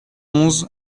onze